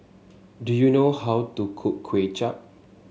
do you know how to cook Kway Chap